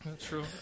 True